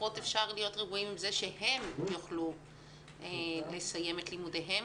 לפחות אפשר להיות רגועים שהם יוכלו לסיים את לימודיהם?